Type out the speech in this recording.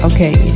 Okay